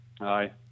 Aye